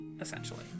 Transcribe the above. essentially